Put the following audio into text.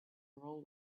girl